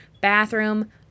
bathroom